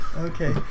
Okay